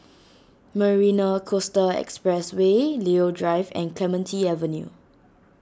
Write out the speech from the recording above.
Marina Coastal Expressway Leo Drive and Clementi Avenue